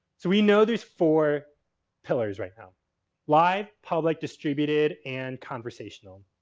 so we know there's four pillars right now live, public, distributed, and conversational.